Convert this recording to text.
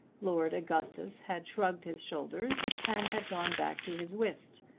lord augustus had shrugged his shoulders and had gone back to his whist,